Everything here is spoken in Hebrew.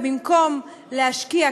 ובמקום להשקיע,